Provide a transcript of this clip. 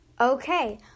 Okay